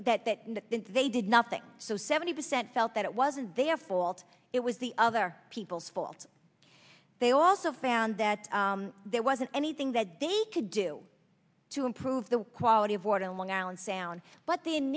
environment that they did nothing so seventy percent felt that it wasn't their fault it was the other people's fault they also found that there wasn't anything that they could do to improve the quality of water on long island sound but the